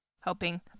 helping